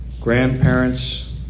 grandparents